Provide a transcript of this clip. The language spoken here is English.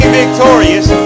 victorious